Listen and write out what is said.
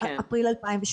מאפריל 2017,